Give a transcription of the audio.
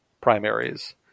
primaries